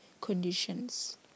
conditions